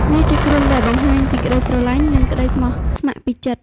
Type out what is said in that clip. វាជាគ្រឿងដែលបង្ហាញពីក្តីស្រឡាញ់ និងក្តីស្មោះស្ម័គ្រពីចិត្ត។